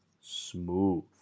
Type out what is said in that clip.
smooth